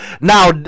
Now